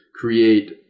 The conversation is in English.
create